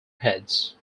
heads